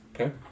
Okay